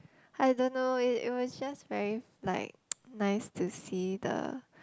I don't know it it was just very like nice to see the